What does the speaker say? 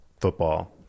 football